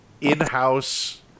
in-house